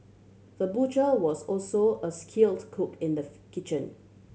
the butcher was also a skilled cook in the kitchen